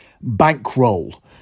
bankroll